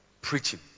preaching